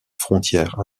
frontière